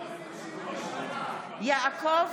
יעקב